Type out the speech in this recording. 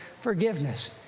FORGIVENESS